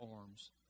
arms